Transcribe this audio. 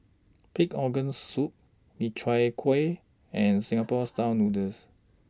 Pig'S Organ Soup Min Chiang Kueh and Singapore Style Noodles